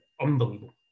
unbelievable